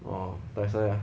!wah! dai sai ah